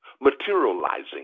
materializing